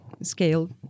scale